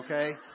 okay